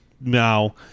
Now